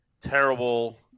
terrible